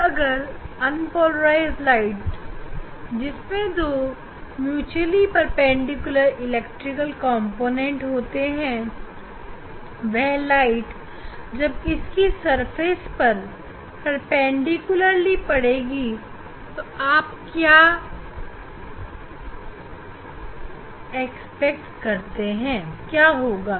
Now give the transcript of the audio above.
अब अगर unpolarise light जिसमें दो पारस्परिक परपेंडिकुलर इलेक्ट्रिक कॉम्पोनेंट होते हैं वह लाइट जब इसकी धरातल पर परपेंडिकुलर ली पड़ेगी तो आप क्या आशा करते हैं की क्या होगा